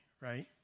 right